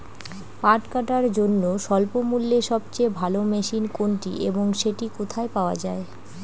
পাট কাটার জন্য স্বল্পমূল্যে সবচেয়ে ভালো মেশিন কোনটি এবং সেটি কোথায় পাওয়া য়ায়?